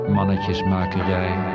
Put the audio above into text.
Mannetjesmakerij